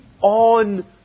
on